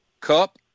cup